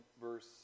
verse